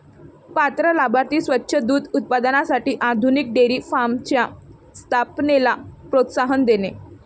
पात्र लाभार्थी स्वच्छ दूध उत्पादनासाठी आधुनिक डेअरी फार्मच्या स्थापनेला प्रोत्साहन देणे